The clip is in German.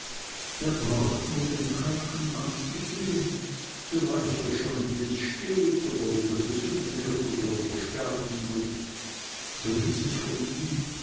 er braucht nur den kranken anzusehen so weiß er schon wie es steht ob er wieder gesund wird oder ob er sterben muß so hieß es von ihm